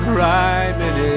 rhyming